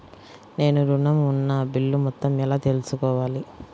నేను ఋణం ఉన్న బిల్లు మొత్తం ఎలా తెలుసుకోవాలి?